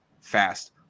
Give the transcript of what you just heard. fast